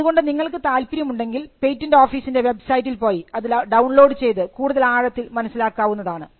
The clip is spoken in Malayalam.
അതുകൊണ്ട് നിങ്ങൾക്ക് താല്പര്യമുണ്ടെങ്കിൽ പേറ്റന്റ് ഓഫീസിൻറെ വെബ്സൈറ്റിൽ പോയി അത് ഡൌൺലോഡ് ചെയ്തു കൂടുതൽ ആഴത്തിൽ മനസ്സിലാക്കാവുന്നതാണ്